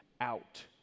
out